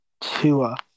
Tua